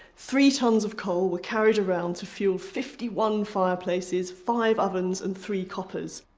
three tons of coal were carried around to fuel fifty one fireplaces, five ovens and three coppers.